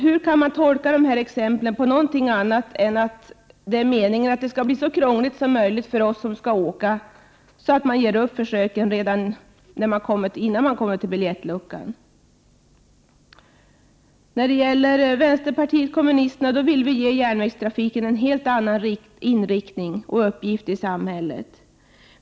Hur kan man tolka dessa exempel på annat sätt än så, att det är meningen att det skall bli så krångligt för oss som skall åka att man ger upp försöken innan man ens kommit till biljettluckan? Vpk vill ge järnvägstrafiken en helt annan inriktning och uppgift i samhället.